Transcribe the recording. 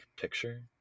picture